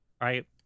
Right